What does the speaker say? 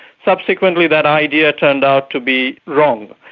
subsequently, that idea turned out to be wrong.